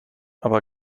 aber